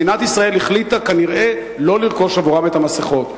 מדינת ישראל החליטה כנראה שלא לרכוש עבורם את המסכות.